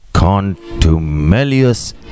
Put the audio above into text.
contumelious